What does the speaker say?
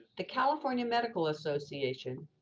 the california medical association,